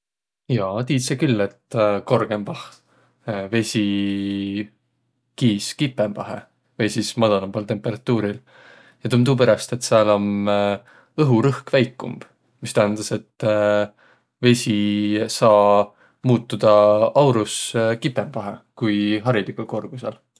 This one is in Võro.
Jaa, tiidse külh, et korgõmbah vesi kiis kipõmbahe vai sis madalambal temperatuuril. Ja tuu om tuuperäst, et sääl om õhurõhk väikumb, mis tähendäs, et vesi saa muutudaq aurus kipõmbahe.